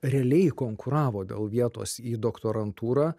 realiai konkuravo dėl vietos į doktorantūrą